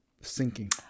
sinking